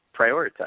prioritize